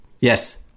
Yes